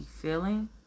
feeling